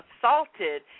assaulted